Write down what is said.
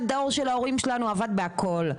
דור של ההורים שלנו עבד בהכול,